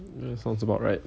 mm sounds about right